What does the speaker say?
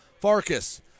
Farkas